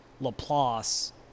Laplace